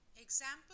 Example